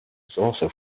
also